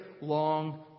long